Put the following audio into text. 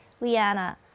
Liana